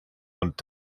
und